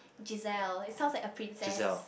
Giselle it sounds like a princess